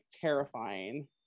terrifying